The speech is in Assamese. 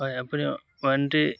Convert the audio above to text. হয় আপুনি ৱাৰেণ্টি